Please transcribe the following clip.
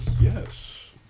Yes